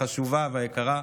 החשובה והיקרה.